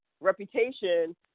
reputation –